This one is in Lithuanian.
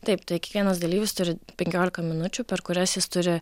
taip tai kiekvienas dalyvis turi penkiolika minučių per kurias jis turi